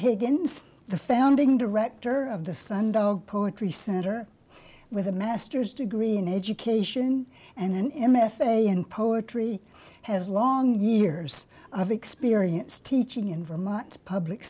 higgins the founding director of the sundog poetry center with a master's degree in education and him if a in poetry has long years of experience teaching in vermont public